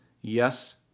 Yes